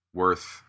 worth